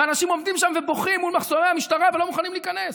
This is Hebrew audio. ואנשים עומדים שם ובוכים מול מחסומי המשטרה ולא מוכנים להכניס.